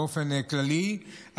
באופן כללי,